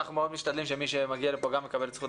אנחנו מאוד משתדלים שמי שמגיע לכאן מקבל את זכות